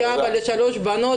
כאבא לשלוש בנות,